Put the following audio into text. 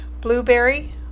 Blueberry